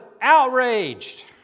outraged